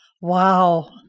wow